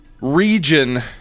region